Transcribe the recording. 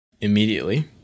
Immediately